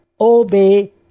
Obey